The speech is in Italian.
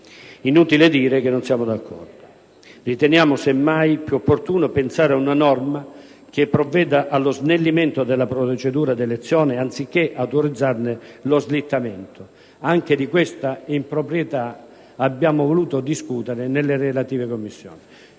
Inutile dire che non siamo d'accordo. Riteniamo semmai più opportuno pensare a una norma che provveda allo snellimento della procedura d'elezione anziché autorizzarne lo slittamento. Anche di questa improprietà abbiamo voluto discutere nelle relative Commissioni.